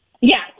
Yes